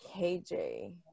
KJ